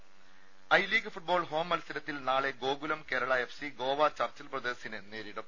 ദേദ I league football ഹോംമത്സരത്തിൽ നാളെ Gokulam Kerala F C Goa Churchill ബ്രദേഴ്സിനെ നേരിടും